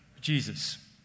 Jesus